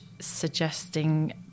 suggesting